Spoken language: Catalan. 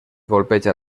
colpeja